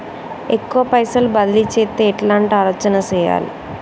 ఎక్కువ పైసలు బదిలీ చేత్తే ఎట్లాంటి ఆలోచన సేయాలి?